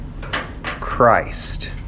Christ